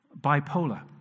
bipolar